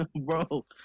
Bro